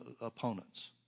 opponents